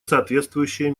соответствующие